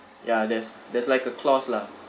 ya there's there's like a clause lah